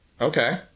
Okay